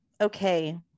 okay